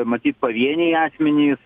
matyt pavieniai asmenys